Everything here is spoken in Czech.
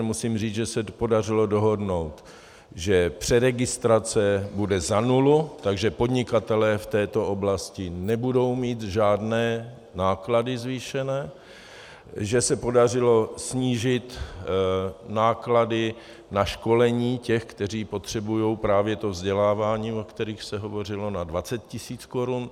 Musím říct, že se podařilo dohodnout, že přeregistrace bude za nulu, takže podnikatelé v této oblasti nebudou mít žádné zvýšené náklady, a že se podařilo snížit náklady na školení těch, kteří potřebují právě to vzdělávání, o kterých se hovořilo, na 20 tis. korun.